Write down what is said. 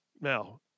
Now